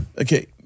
Okay